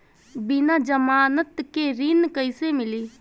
बिना जमानत के ऋण कैसे मिली?